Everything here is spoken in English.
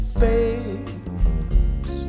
face